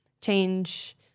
change